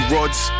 Rods